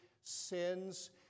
sins